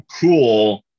cool